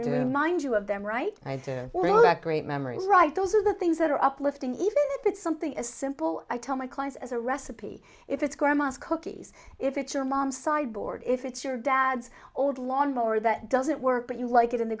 in mind you have them right all that great memories right those are the things that are uplifting even if it's something as simple i tell my clients as a recipe if it's grandma's cookies if it's your mom sideboard if it's your dad's old lawn mower that doesn't work but you like it in the